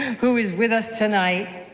who is with us tonight.